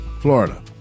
Florida